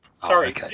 Sorry